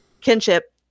kinship